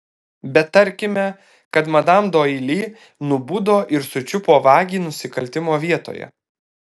bet tarkime kad madam doili nubudo ir sučiupo vagį nusikaltimo vietoje